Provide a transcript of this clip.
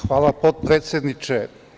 Hvala potpredsedniče.